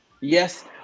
Yes